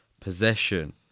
Possession